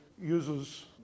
uses